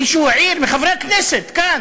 מישהו העיר, מחברי הכנסת, כאן?